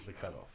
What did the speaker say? cutoff